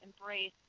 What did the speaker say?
embrace